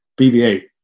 BB-8